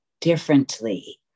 differently